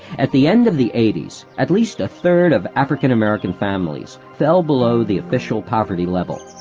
at the end of the eighties, at least a third of african-american families fell below the official poverty level,